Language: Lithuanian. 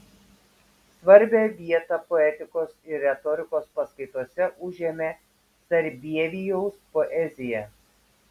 svarbią vietą poetikos ir retorikos paskaitose užėmė sarbievijaus poezija